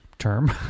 Term